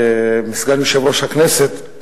שסגן יושב-ראש הכנסת,